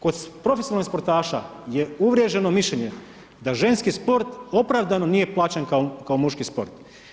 Kod profesionalnih sportaša je uvriježeno mišljenje da ženski sport opravdano nije plaćen kao muški sport.